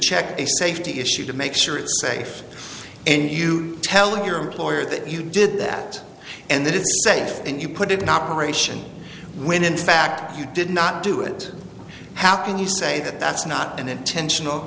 check a safety issue to make sure it's safe and you telling your employer that you did that and that it's safe and you put it in operation when in fact you did not do it how can you say that that's not an intentional